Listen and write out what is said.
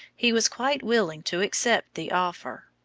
he was quite willing to accept the offer.